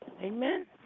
Amen